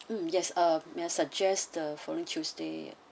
um yes a may I suggests the following tuesday